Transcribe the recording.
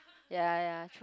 ya ya true